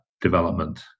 development